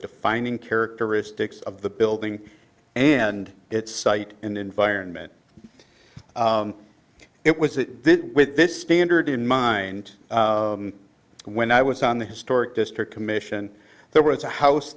defining characteristics of the building and its site and environment it was that with this standard in mind when i was on the historic district commission there was a house